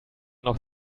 noch